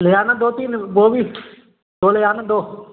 ले आना दो तीन वह भी दो ले आना दो